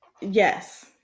Yes